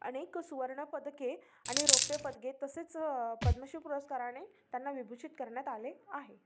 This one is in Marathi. अनेक सुवर्णपदके आणि रौप्य पदके तसेच पद्मश्री पुरस्काराने त्यांना विभूषित करण्यात आले आहे